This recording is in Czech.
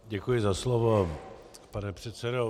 Děkuji za slovo, pane předsedo.